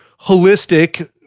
holistic